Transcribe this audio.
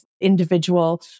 individual